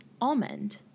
almond